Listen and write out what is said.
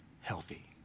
healthy